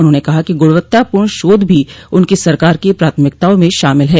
उन्होंने कहा कि गुणवत्तापूर्ण शोध भी उनकी सरकार की प्राथमिकताओं में शामिल है